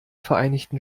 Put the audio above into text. vereinigten